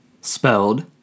Spelled